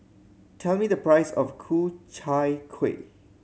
tell me the price of Ku Chai Kuih